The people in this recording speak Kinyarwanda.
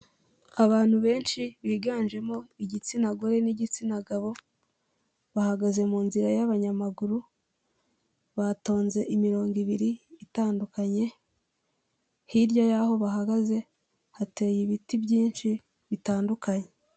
Abantu benshi biganjemo igitsina gore n'igitsina gabo bahagaze mu nzira y'abanyamaguru, batonze imirongo ibiri itandukanye, Hirya y'aho bahagaze hateye ibiti byinshi bitandukanye.